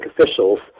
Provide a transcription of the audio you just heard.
officials